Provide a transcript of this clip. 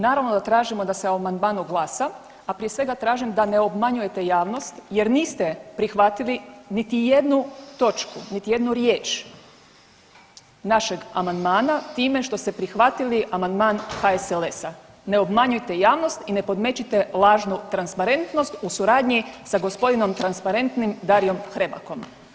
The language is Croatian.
Naravno da tražimo da se o amandmanu glasa, a prije svega tražim da ne obmanjujete javnost jer niste prihvatili niti jednu točku, niti jednu riječ našeg amandmana time što ste prihvatili amandman HSLS-a, ne obmanjujte javnost i ne podmećite lažnu transparentnost u suradnji sa gospodinom transparentnim Dariom Hrebakom.